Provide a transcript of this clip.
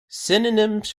synonyms